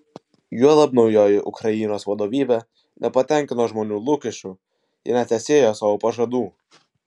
juolab naujoji ukrainos vadovybė nepatenkino žmonių lūkesčių jie netesėjo savo pažadų